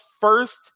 first